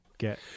get